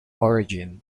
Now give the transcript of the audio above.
origin